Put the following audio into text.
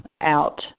out